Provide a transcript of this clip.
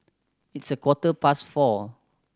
its a quarter past four